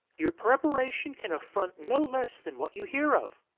your preparation can affront no less than what you hear of.